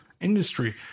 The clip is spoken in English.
industry